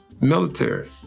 military